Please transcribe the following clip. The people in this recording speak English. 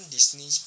Disney